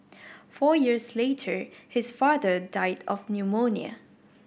four years later his father died of pneumonia